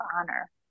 honor